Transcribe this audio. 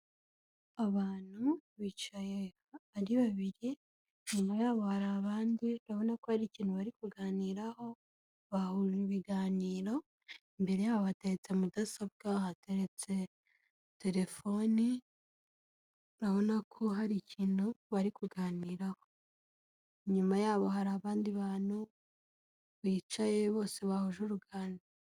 Abantu bicaye ari babiri, nyuma y'abo hari abandi ubona ko hari ikintu bari kuganiraho, bahuje ibiganiro, imbere y'abo hateretse mudasobwa, hateretse telefone, urabona ko hari ikintu bari kuganiraho, inyuma y'abo hari abandi bantu bicaye, bose bahuje urugara.